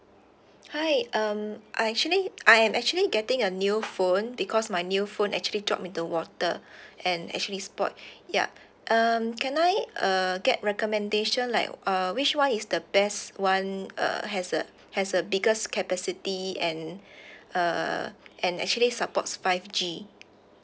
hi um I actually I am actually getting a new phone because my new phone actually drop in the water and actually spoiled yup um can I uh get recommendation like uh which one is the best one uh has a has a biggest capacity and uh and actually supports five G